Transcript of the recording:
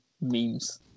memes